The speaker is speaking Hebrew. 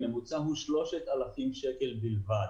בממוצע הוא 3,000 שקלים בלבד